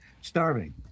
starving